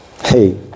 Hey